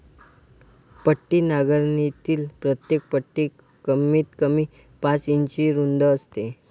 पट्टी नांगरणीतील प्रत्येक पट्टी कमीतकमी पाच इंच रुंद असते